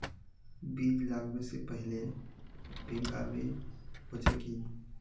बीज लागबे से पहले भींगावे होचे की?